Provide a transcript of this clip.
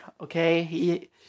Okay